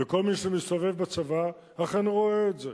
וכל מי שמסתובב בצבא אכן רואה את זה.